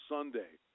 Sunday